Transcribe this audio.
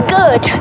good